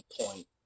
point